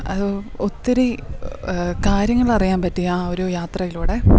അത് ഒത്തിരി കാര്യങ്ങൾ അറിയാൻ പറ്റി ആ ഒരു യാത്രയിലൂടെ